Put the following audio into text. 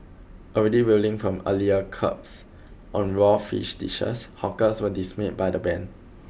already reeling from earlier curbs on raw fish dishes hawkers were dismayed by the ban